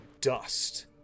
dust